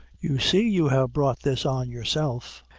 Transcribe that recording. you see you have brought this on yourself.